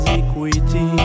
equity